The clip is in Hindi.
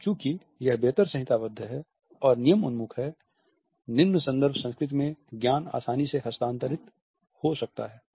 और चूंकि यह बेहतर संहिताबद्ध है और नियम उन्मुख है निम्न संदर्भ संस्कृति में ज्ञान आसानी से हस्तानान्तरित हो सकता है